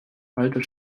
alter